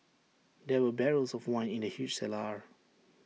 there were barrels of wine in the huge cellar